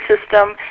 system